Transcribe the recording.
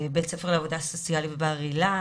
בית ספר לעבודה סוציאלית בבר אילן,